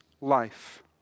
life